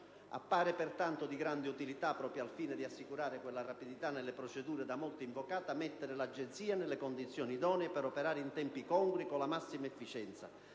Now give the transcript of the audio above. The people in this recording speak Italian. Appare pertanto di grande utilità, proprio al fine di assicurare quella rapidità nelle procedure da molti invocata mettere l'Agenzia nelle condizioni idonee per operare in tempi congrui e con la massima efficienza.